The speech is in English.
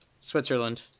Switzerland